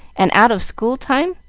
and out of school time?